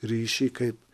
ryšį kaip